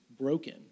broken